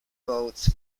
roads